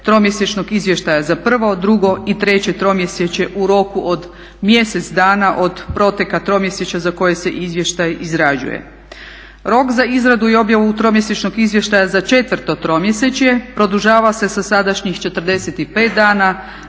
izvještaja za prvo, drugo i treće tromjesečje u roku od mjesec dana od proteka tromjesečja za koje se izvještaj izrađuje. Rok za izradu i objavu tromjesečnog izvještaja za četvrto tromjesečje produžava se sa sadašnjih 45 dana